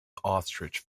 ostrich